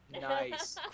Nice